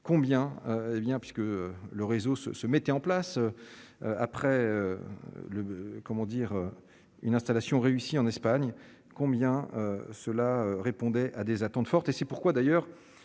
hé bien puisque le réseau se se mettait en place après le, comment dire, une installation réussie en Espagne, combien cela répondait à des attentes fortes et c'est pourquoi d'ailleurs